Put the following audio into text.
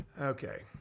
Okay